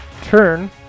turn